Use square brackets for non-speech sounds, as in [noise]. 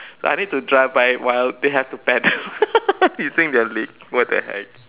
so I need to drive by while they have to paddle [laughs] using their leg what the heck